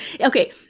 Okay